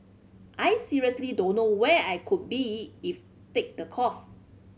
I seriously don't know where I could be if take the course